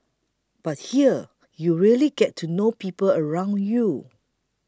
but here you really get to know people around you